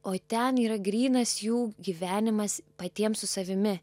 o ten yra grynas jų gyvenimas patiems su savimi